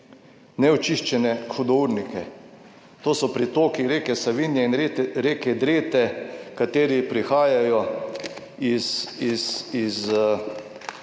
neočiščene hudournike to so pretoki reke Savinje in reke Drete kateri prihajajo iz